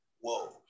whoa